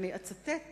ואני אצטט